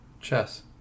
Chess